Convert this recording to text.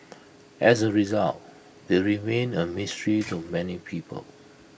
as A result they remain A mystery to many people